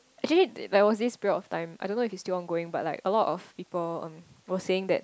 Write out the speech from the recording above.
actually like there was this period of time I don't know if it's still ongoing but like a lot of people um was saying that